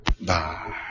Bye